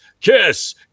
kiss